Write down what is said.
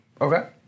Okay